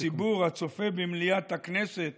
הציבור הצופה במליאת הכנסת